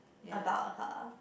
about her